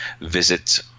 visit